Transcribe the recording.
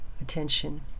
attention